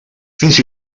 fins